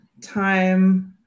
Time